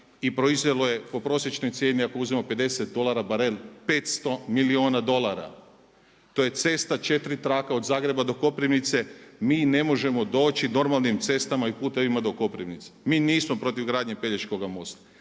i proizvelo je po prosječnoj cijeni ako uzmemo 50 dolara barel 500 milijuna dolara. To je cesta 4 trake od Zagreba do Koprivnice. Mi ne možemo doći normalnim cestama i putevima do Koprivnice. Mi nismo protiv gradnje Pelješkog mosta